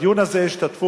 בדיון הזה השתתפו,